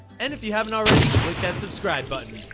and if you haven't already, click that subscribe button.